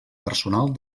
personal